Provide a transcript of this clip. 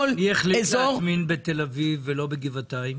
מי החליט להטמין בתל אביב ולא בגבעתיים?